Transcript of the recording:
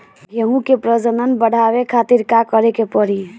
गेहूं के प्रजनन बढ़ावे खातिर का करे के पड़ी?